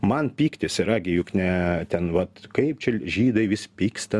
man pyktis yra gi juk ne ten vat kaip žydai vis pyksta